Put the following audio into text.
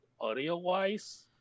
audio-wise